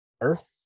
Earth